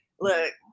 look